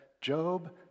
Job